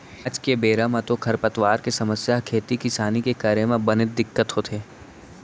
आज के बेरा म तो खरपतवार के समस्या ह खेती किसानी के करे म बनेच दिक्कत होथे